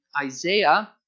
Isaiah